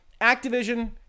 Activision